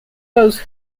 those